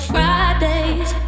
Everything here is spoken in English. Fridays